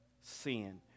sin